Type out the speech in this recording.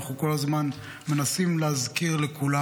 אנחנו כל הזמן מנסים להזכיר לכולם.